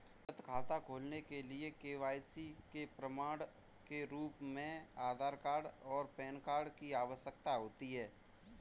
बचत खाता खोलने के लिए के.वाई.सी के प्रमाण के रूप में आधार और पैन कार्ड की आवश्यकता होती है